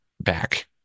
back